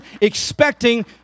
expecting